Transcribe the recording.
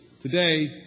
today